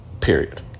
period